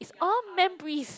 all memories